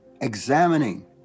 examining